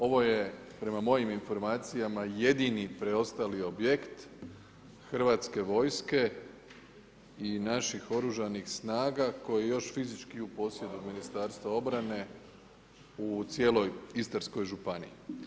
Ovo je prema mojim informacijama jedini preostali objekt Hrvatske vojske i naših oružanih snaga, koji još fizički u posjedu Ministarstva obrane u cijeloj Istarskoj županiji.